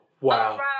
wow